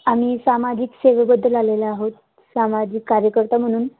आम्ही सामाजिक सेवेबद्दल आलेले आहोत सामाजिक कार्यकर्ता म्हणून